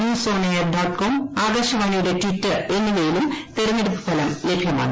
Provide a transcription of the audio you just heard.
രീാ ആകാശവാണിയുടെ ടിറ്റർ എന്നിവയിലും തിരഞ്ഞെടുപ്പ് ഫലം ലഭ്യമാണ്